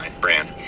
brand